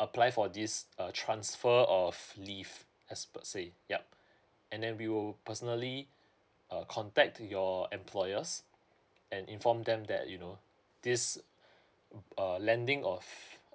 apply for this uh transfer of leave as per say yup and then we will personally uh contact to your employers and inform them that you know this uh lending of